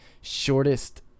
shortest